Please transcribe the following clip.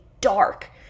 dark